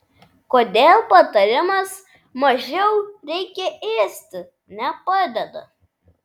kodėl patarimas mažiau reikia ėsti nepadeda